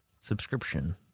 subscription